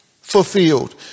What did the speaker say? fulfilled